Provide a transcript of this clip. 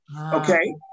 Okay